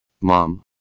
Mom